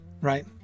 right